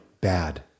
bad